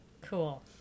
Cool